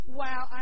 wow